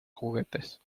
juguetes